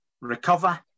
recover